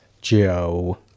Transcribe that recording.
Joe